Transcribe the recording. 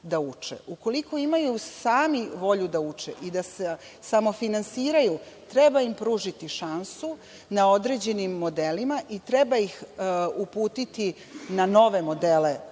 Ukoliko imaju sami volju da uče i da se samofinansiraju treba im pružiti šansu na određenim modelima i treba ih uputiti na nove modele učenja